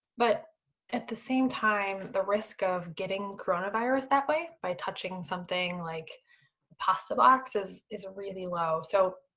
but at the same time, the risk of getting coronavirus that way, by touching something like, a pasta box, is is really low. so,